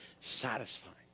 satisfying